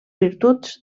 virtuts